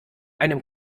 einem